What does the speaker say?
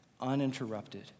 uninterrupted